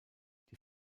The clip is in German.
die